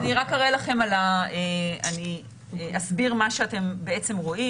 אז אני רק אסביר מה שאתם בעצם רואים.